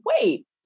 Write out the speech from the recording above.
wait